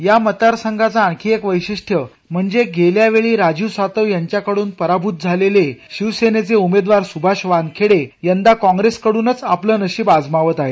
या मतदार संघाचं आणखी एक वैशिष्ठय म्हणजे गेल्या वेळी राजीव सातव यांच्याकडून पराभूत झालेले शिवसेनेचे उमेदवार सुभाष वानखेडे यंदा काँप्रेसकडूनच आपलं नशीब आजमावत आहेत